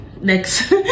Next